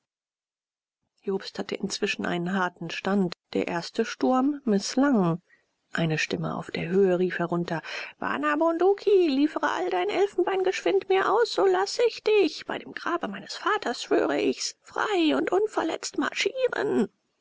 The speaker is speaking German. jobst hatte inzwischen einen harten stand der erste sturm mißlang eine stimme auf der höhe rief herunter bana bunduki liefere all dein elfenbein geschwind mir aus so lasse ich dich bei dem grabe meines vaters schwöre ich's frei und unverletzt marschieren